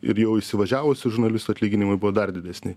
ir jau įsivažiavusių žurnalistų atlyginimai buvo dar didesni